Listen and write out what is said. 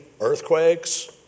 earthquakes